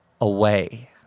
away